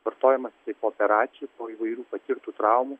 vartojamas jisai po operacijų po įvairių patirtų traumų